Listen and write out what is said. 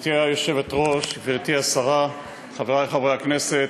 גברתי היושבת-ראש, גברתי השרה, חברי חברי הכנסת,